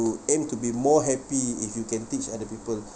aim to be more happy if you can teach other people